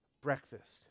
breakfast